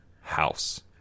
House